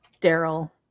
Daryl